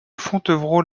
fontevraud